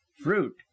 fruit